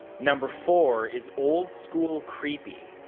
number four is old school creepy.